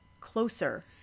closer